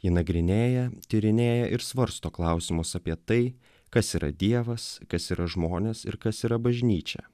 ji nagrinėja tyrinėja ir svarsto klausimus apie tai kas yra dievas kas yra žmonės ir kas yra bažnyčia